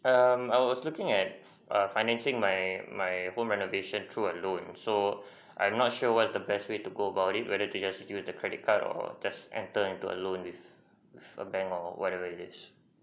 um I was looking at err financing my my home renovation through a loan so I'm not sure what's the best way to go about it whether to just use the credit card or just enter into a loan list a bank or whatever it is